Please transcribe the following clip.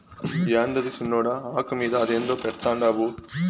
యాందది సిన్నోడా, ఆకు మీద అదేందో పెడ్తండావు